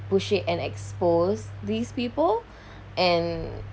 push it and expose these people and